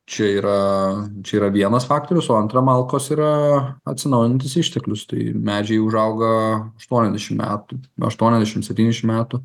čia yra čia yra vienas faktorius o antra malkos yra atsinaujinantis išteklius tai medžiai užauga aštuoniasdešimt metų aštuoniasdešimt septyndešimt metų